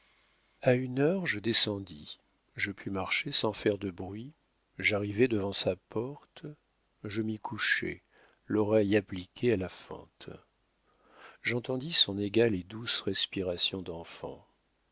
a une heure je descendis je pus marcher sans faire de bruit j'arrivai devant sa porte je m'y couchai l'oreille appliquée à la fente j'entendis son égale et douce respiration d'enfant